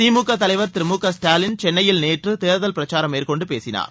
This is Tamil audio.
திமுக தலைவர் திரு மு க ஸ்டாலின் சென்னையில் நேற்று தேர்தல் பிரச்சாரம் மேற்கொண்டு பேசினார்